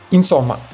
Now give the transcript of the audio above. Insomma